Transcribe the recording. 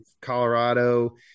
Colorado